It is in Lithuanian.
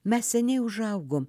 mes seniai užaugom